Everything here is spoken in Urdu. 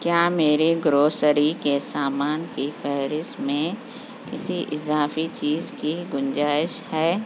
کیا میرے گروسری کے سامان کی فہرست میں کسی اضافی چیز کی گنجائش ہے